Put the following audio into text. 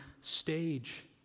stage